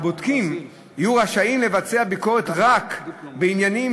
הבודקים יהיו רשאים לבצע ביקורת רק בעניינים